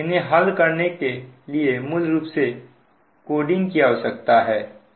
इन्हें हल करने के लिए मूल रूप से कोडिंग की आवश्यकता है